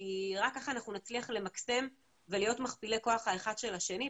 כי רק ככה אנחנו נצליח למקסם ולהיות מכפילי כוח האחד של השני,